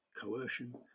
coercion